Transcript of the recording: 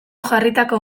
jarritako